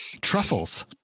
Truffles